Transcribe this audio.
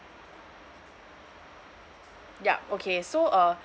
yup okay so uh